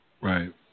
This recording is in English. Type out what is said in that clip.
Right